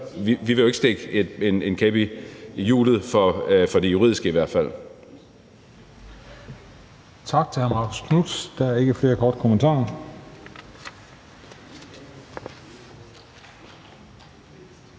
vi vil ikke stikke en kæp i hjulet for det juridiske i hvert fald.